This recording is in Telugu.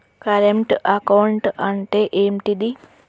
కరెంట్ అకౌంట్ అంటే ఏంటిది?